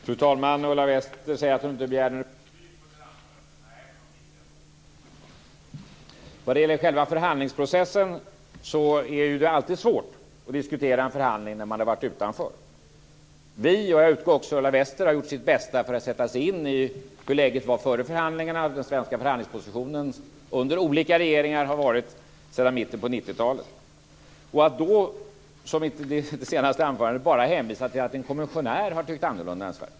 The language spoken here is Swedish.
Fru talman! Ulla Wester säger att hon inte begärde något betyg på sitt anförande. Nej, men hon fick det ändå. När det gäller förhandlingsprocessen är det alltid svårt att diskutera en förhandling när man har stått utanför. Vi har utgått från att Ulla Wester har gjort sitt bästa för att sätta sig in i hur läget var före förhandlingarna och hur den svenska förhandlingspositionen under olika regeringar har varit sedan mitten av 90-talet. I sitt senaste inlägg sade Ulla Wester att det fanns skäl nog att kapitulera bara för att en kommissionär har tyckt annorlunda.